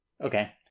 Okay